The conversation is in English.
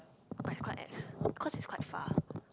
but it's quite ex cause it's quite far